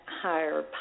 higher